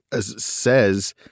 says